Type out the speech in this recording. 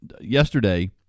yesterday